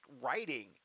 writing